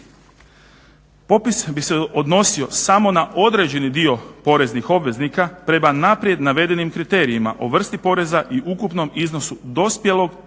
Popis bi se odnosio samo na određeni dio poreznih obveznika prema naprijed navedenim kriterijima o vrsti poreza i ukupnom iznosu dospjelog